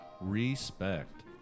Respect